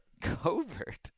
Covert